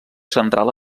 central